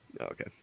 Okay